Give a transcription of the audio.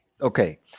Okay